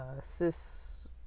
cis